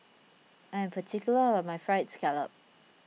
I am particular about my Fried Scallop